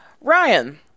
Ryan